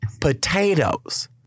Potatoes